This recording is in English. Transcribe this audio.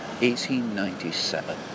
1897